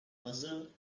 muzzle